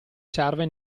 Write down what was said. serve